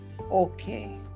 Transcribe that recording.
okay